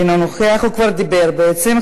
אינה נוכחת,